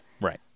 Right